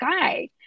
guy